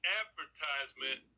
advertisement